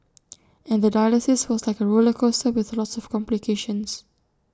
and the dialysis was like A roller coaster with lots of complications